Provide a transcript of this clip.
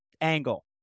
angle